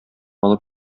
алып